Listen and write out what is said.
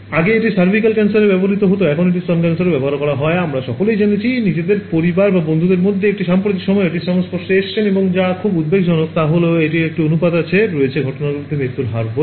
আগে এটি সার্ভিকাল ক্যান্সারে ব্যবহৃত হত এখন এটি স্তন ক্যান্সারেও ব্যবহার হয় আর আমরা সকলেই জেনেছি নিজের পরিবার বা বন্ধুদের মধ্যে একটি সাম্প্রতিক সময়ে এটির সংস্পর্শে এসেছেন এবং যা খুব উদ্বেগজনক তা হল এখানে একটি অনুপাত রয়েছে ঘটনাগুলিতে মৃত্যুহার বলে